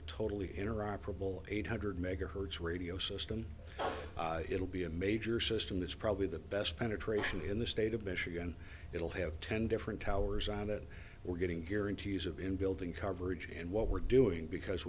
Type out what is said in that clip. bowl eight hundred megahertz radio system it'll be a major system that's probably the best penetration in the state of michigan it will have ten different towers on it we're getting guarantees of in building coverage and what we're doing because